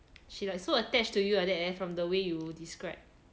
she like so attached to you like that leh from the way you describe